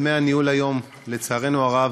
דמי הניהול היום, לצערנו הרב,